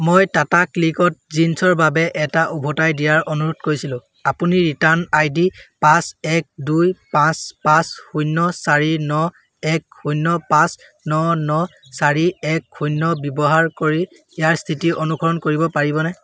মই টাটা ক্লিকত জিন্ছৰ বাবে এটা উভতাই দিয়াৰ অনুৰোধ কৰিছিলোঁ আপুনি ৰিটাৰ্ণ আই ডি পাঁচ এক দুই পাঁচ পাঁচ শূন্য চাৰি ন এক শূন্য পাঁচ ন ন চাৰি এক শূন্য ব্যৱহাৰ কৰি ইয়াৰ স্থিতি অনুসৰণ কৰিব পাৰিবনে